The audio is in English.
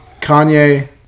Kanye